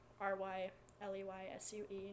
R-Y-L-E-Y-S-U-E